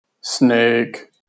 Snake